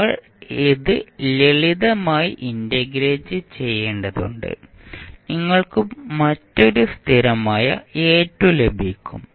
നിങ്ങൾ ഇത് ലളിതമായി ഇന്റഗ്രേറ്റ് ചെയ്യേണ്ടതുണ്ട് നിങ്ങൾക്ക് മറ്റൊരു സ്ഥിരമായ A2 ലഭിക്കും